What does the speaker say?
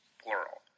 plural